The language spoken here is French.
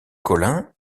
collin